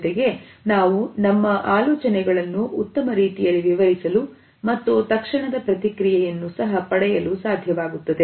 ಜೊತೆಗೆ ನಾವು ನಮ್ಮ ಆಲೋಚನೆಗಳನ್ನು ಉತ್ತಮ ರೀತಿಯಲ್ಲಿ ವಿವರಿಸಲು ಮತ್ತು ತಕ್ಷಣದ ಪ್ರತಿಕ್ರಿಯೆಯನ್ನು ಸಹ ಪಡೆಯಲು ಸಾಧ್ಯವಾಗುತ್ತದೆ